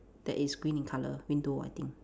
that is green in colour window I think